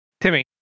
Timmy